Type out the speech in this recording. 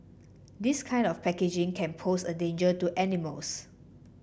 this kind of packaging can pose a danger to animals